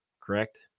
Correct